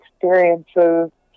experiences